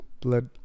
blood